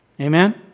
Amen